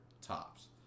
tops